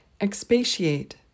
expatiate